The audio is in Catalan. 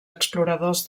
exploradors